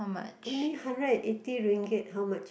only hundred and eighty ringgit how much